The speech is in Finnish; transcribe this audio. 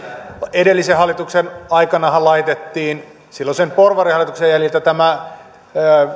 edellisen hallituksen aikanahan laitettiin silloisen porvarihallituksen jäljiltä tämä